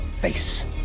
face